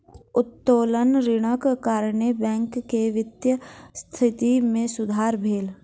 उत्तोलन ऋणक कारणेँ बैंक के वित्तीय स्थिति मे सुधार भेल